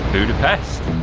budapest.